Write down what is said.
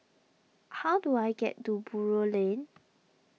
how do I get to Buroh Lane